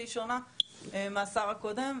שהיא שונה מהשר הקודם,